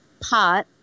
pot